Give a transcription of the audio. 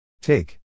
Take